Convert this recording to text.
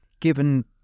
given